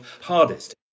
hardest